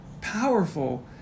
powerful